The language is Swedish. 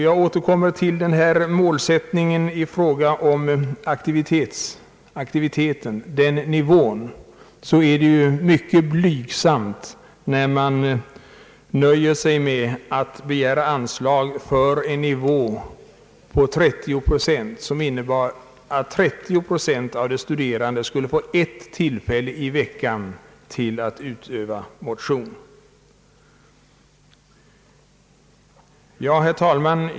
Jag återkommer till frågan om aktivitetsnivån och målsättningen för denna. Det är mycket blygsamt när man nöjer sig med att begära anslag för en nivå som innebär att 30 procent av de studerande skall få ett tillfälle i veckan att utöva motion. Herr talman!